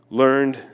learned